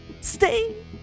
stay